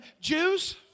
Jews